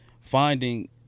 finding